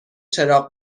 چراغ